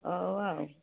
ହଉ ଆଉ